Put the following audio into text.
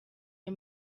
iyo